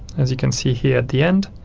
as you can see here at the end.